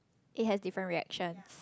it has different reactions